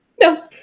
No